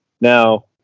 Now